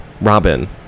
robin